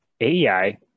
AEI